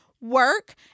work